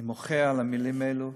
אני מוחה על המילים האלה.